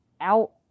out